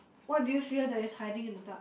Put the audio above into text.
what do you fear that is hiding in the dark